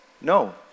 No